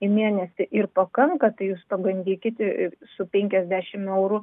į mėnesį ir pakanka tai jūs pabandykit su penkiasdešimt eurų